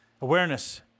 Awareness